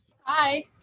Hi